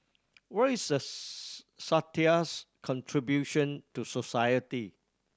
what is a satire's contribution to society